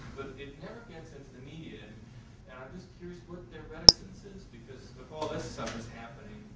it never gets into the media. and i'm just curious what their reticence is, because if all this stuff is happening,